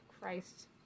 Christ